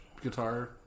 guitar